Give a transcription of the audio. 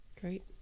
Great